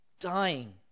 dying